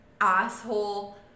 asshole